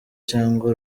cyangwa